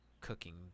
cooking